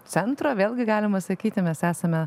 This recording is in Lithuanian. centro vėlgi galima sakyti mes esame